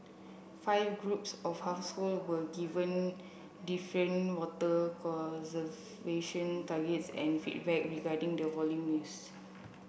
five groups of household were given different water conservation targets and feedback regarding the volume used